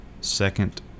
second